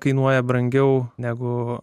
kainuoja brangiau negu